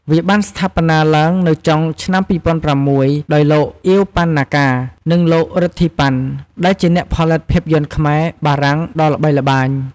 វាបានស្ថាបនាឡើងនៅចុងឆ្នាំ ២០០៦ ដោយលោក អៀវ ប៉ាន់ណាកា និងលោក រិទ្ធី ប៉ាន់ ដែលជាអ្នកផលិតភាពយន្តខ្មែរ-បារាំងដ៏ល្បីល្បាញ។